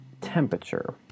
temperature